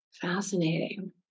fascinating